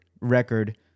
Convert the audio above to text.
record